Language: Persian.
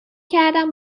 کردم